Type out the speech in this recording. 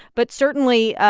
but certainly,